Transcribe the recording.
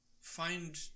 find